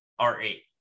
R8